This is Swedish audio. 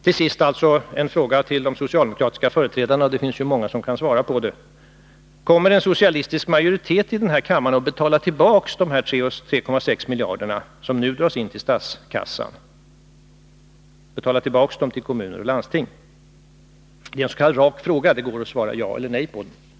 Till sist en fråga till de socialdemokratiska företrädarna, och det finns ju många som kan svara på den: Kommer en socialistisk majoritet i den här kammaren att betala tillbaka de 3,6 miljarder som nu dras in till statskassan, till kommuner och landsting? Det är en s.k. rak fråga. Det går att svara ja eller nej på den. Herr talman!